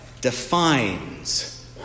defines